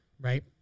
Right